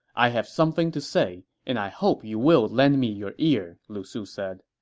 i have something to say, and i hope you will lend me your ear, lu su said.